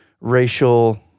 racial